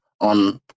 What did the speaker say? on